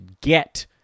get